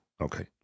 Okay